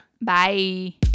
Bye